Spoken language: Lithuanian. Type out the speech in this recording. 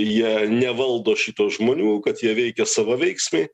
jie nevaldo šito žmonių kad jie veikia savaveiksmiai